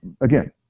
Again